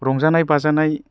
रंजानाय बाजानाय